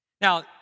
Now